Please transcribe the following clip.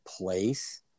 place